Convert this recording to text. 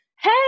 hey